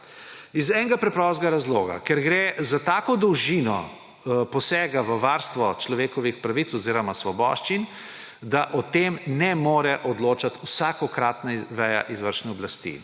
Iz enega preprostega razloga, ker gre za tako dolžino posega v varstvo človekovih pravic oziroma svoboščin, da o tem ne more odločati vsakokratna veja izvršne oblasti.